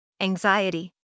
Anxiety